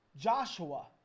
Joshua